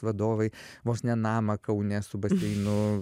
vadovai vos ne namą kaune su baseinu